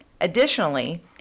Additionally